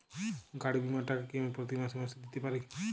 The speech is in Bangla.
গাড়ী বীমার টাকা কি আমি প্রতি মাসে দিতে পারি?